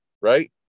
right